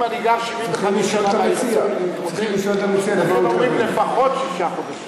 לכן אומרים, לפחות שישה חודשים.